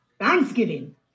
Thanksgiving